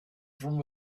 from